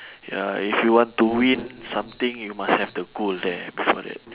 ya if you want to win something you must have the goal there before that